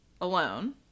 alone